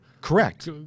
Correct